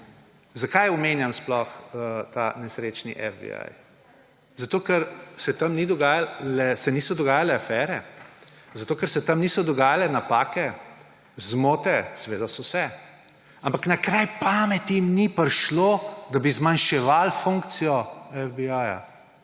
Zakaj omenjam sploh ta nesrečni FBI? Zato ker se tam niso dogajale afere, ker se tam niso dogajale napake, zmote? Seveda so se. Ampak na kraj pameti jim ni prišlo, da bi zmanjševali funkcijo FBI